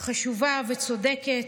חשובה וצודקת.